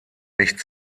recht